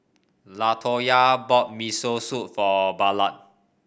Latoya bought Miso Soup for Ballard